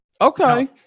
okay